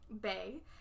Bay